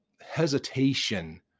hesitation